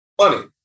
Money